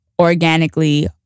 organically